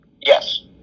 Yes